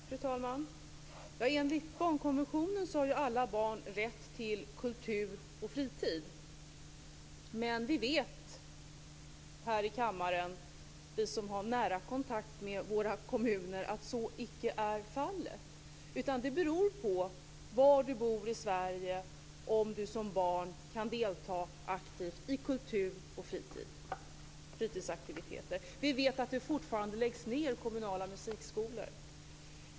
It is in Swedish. Fru talman! Enligt barnkonventionen har alla barn rätt till kultur och fritid. Men vi vet - vi här i kammaren som har nära kontakt med våra kommuner - att så icke är fallet. Det beror på var du bor i Sverige om du som barn kan delta aktivt i kultur och fritidsaktiviteter. Vi vet att det fortfarande läggs ned kommunala musikskolor.